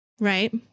right